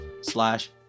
slash